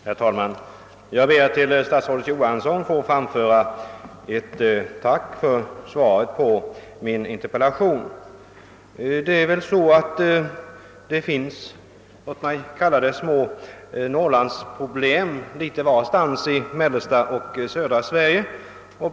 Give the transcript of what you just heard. Herr talman! Jag ber att till statsrådet Johansson få framföra ett tack för svaret på min interpellation. Det finns, låt mig kalla det så, små norrlandsproblem litet varstans i mellersta och södra Sverige.